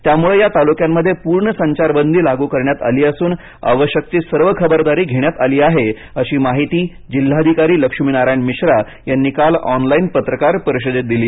त्यामुळे या तालुक्यांमध्ये पूर्ण संचारबंदी लागू करण्यात आली असून आवश्यक ती सर्व खबरदारी घेण्यात आली आहे अशी माहिती जिल्हाधिकारी लक्ष्नारायण मिश्रा यांनी काल ऑनलाइन पत्रकार परिषदेत दिली